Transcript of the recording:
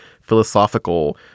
philosophical